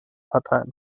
parteien